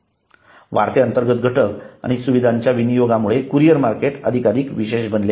वाढते अंतर्गत घटक आणि सुविधांच्या विनियोगामुळे कुरिअर मार्केट अधिकाधिक विशेष बनले आहे